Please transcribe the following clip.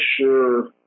sure